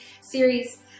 series